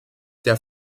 der